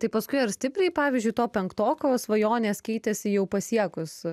tai paskui ar stipriai pavyzdžiui to penktoko svajonės keitėsi jau pasiekus